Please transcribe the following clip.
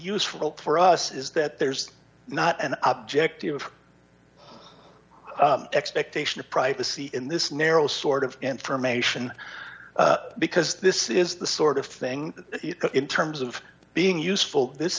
useful for us is that there's not an objective expectation of privacy in this narrow sort of information because this is the sort of thing in terms of being useful this